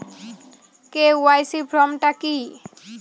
KYC form টা কি?